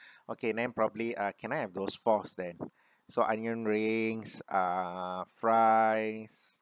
okay then probably uh can I have those fours then so onion rings uh fries